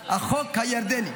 החוק הירדני,